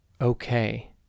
okay